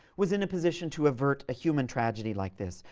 was in a position to avert a human tragedy like this.